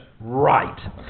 Right